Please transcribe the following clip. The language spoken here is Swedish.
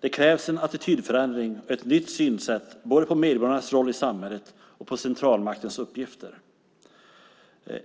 Det krävs en attitydförändring och ett nytt synsätt, både på medborgarnas roll i samhället och på centralmaktens uppgifter -